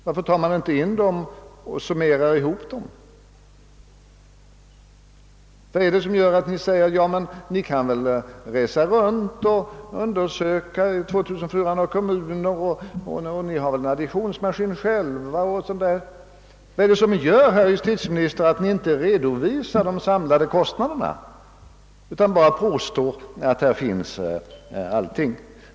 Varför tar man inte in dem och summerar ihop dem? Vad är det som gör att ni säger, att vi kan resa runt till de 2400 arbetarkommunerna och få reda på dessa siffror och att vi kan summera ihop dem? Vad är det, herr justitieminister, som gör att inte Ert parti redovisar de samlade kostnaderna utan bara påstår att alla siffror finns?